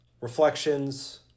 reflections